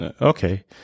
Okay